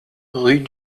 rue